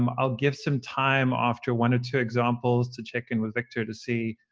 um i'll give some time after one or two examples to check in with victor to see